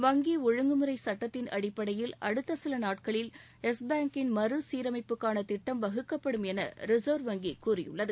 வங்கி ஒழுங்குமுறை சட்டத்தின் அடிப்படையில் அடுத்த சில நாட்களில் யெஸ் பேங்கின் மறு சீரமைப்புக்கான திட்டம் வகுக்கப்படும் என ரிசா்வ் வங்கி கூறியுள்ளது